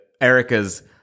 erica's